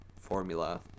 formula